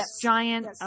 giant –